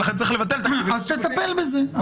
לכן צריך לבטל את --- אז תטפל בזה.